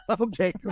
Okay